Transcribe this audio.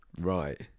right